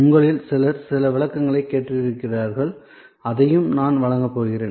உங்களில் சிலர் சில விளக்கங்களைக் கேட்டிருக்கிறார்கள் அதையும் நான் வழங்கப் போகிறேன்